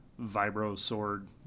vibro-sword